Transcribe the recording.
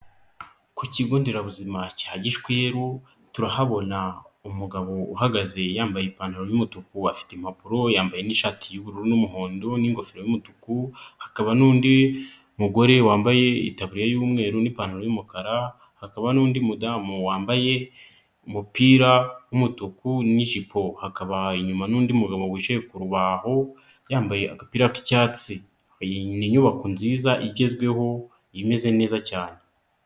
Ku Kigo Nderabuzima cya Gishwiru, turahabona umugabo uhagaze yambaye ipantaro y'umutuku, afite impapuro, yambaye n'ishati y'ubururu n'umuhondo n'ingofero y'umutuku, hakaba n'undi mugore wambaye itaburiya y'umweru n'ipantaro y'umukara, hakaba n'undi mudamu wambaye umupira w'umutuku n'ijipo, hakaba inyuma n'undi mugabo wicaye ku rubaho, yambaye agapira k'icyatsi. Iyi ni inyubako nziza igezweho imeze neza cyane.